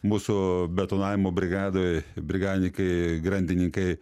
mūsų betonavimo brigadoj brigadininkai grandininkai